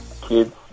kids